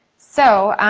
so,